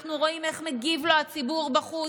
שאנחנו רואים איך מגיב לו הציבור בחוץ.